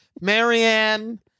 Marianne